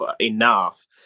enough